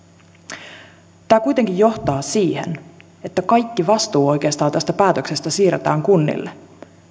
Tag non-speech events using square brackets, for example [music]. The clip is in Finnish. [unintelligible] tämä kuitenkin johtaa siihen että kaikki vastuu oikeastaan tästä päätöksestä siirretään kunnille